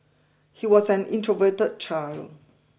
he was an introverted child